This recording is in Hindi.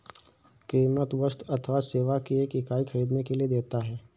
कीमत वस्तु अथवा सेवा की एक इकाई ख़रीदने के लिए देता है